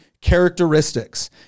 characteristics